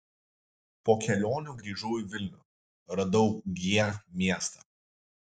po kelionių grįžau į vilnių radau g miestą